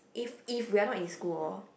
if if we are not in school